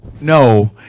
No